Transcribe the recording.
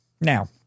Now